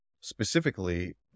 specifically